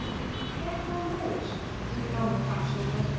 the cairngorm brooch even on the fat shoulder,